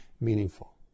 meaningful